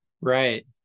Right